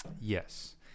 Yes